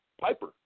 Piper